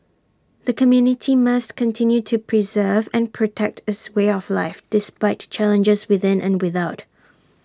the community must continue to preserve and protect its way of life despite challenges within and without